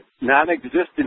Non-existent